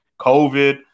COVID